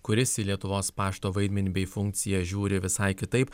kuris į lietuvos pašto vaidmenį bei funkciją žiūri visai kitaip